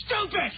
stupid